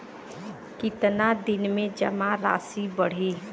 कितना दिन में जमा राशि बढ़ी?